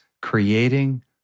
creating